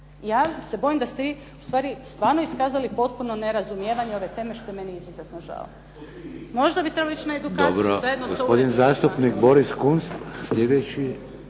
Ja se bojim da ste vi ustvari stvarno iskazali potpuno nerazumijevanje ove teme što je meni izuzetno žao. Možda bi trebali ići na edukaciju